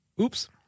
Oops